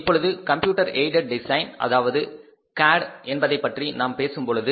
இப்பொழுது computer aided design அதாவது CAD என்பதைப்பற்றி நாம் பேசும்பொழுது